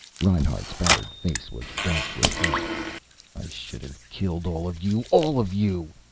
reinhart's battered face was dark with hate. i should have killed all of you. all of you!